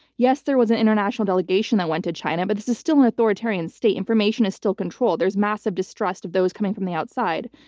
yes, there was an international delegation that went to china, but this is still an authoritarian state. information is still controlled. there's massive distrust of those coming from the outside.